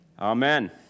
Amen